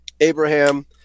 Abraham